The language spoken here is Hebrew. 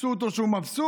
עשו אותו שהוא מבסוט,